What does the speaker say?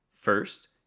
First